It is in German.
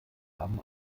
haben